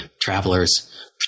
travelers